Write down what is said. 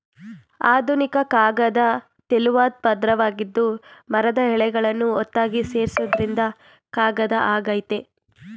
ಆಧುನಿಕ ಕಾಗದ ತೆಳುವಾದ್ ಪದ್ರವಾಗಿದ್ದು ಮರದ ಎಳೆಗಳನ್ನು ಒತ್ತಾಗಿ ಸೇರ್ಸೋದ್ರಿಂದ ಕಾಗದ ಆಗಯ್ತೆ